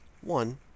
One